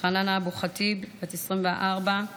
חנאן אבו חיט, בת 24 מחיפה,